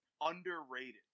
underrated